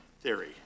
theory